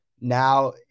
Now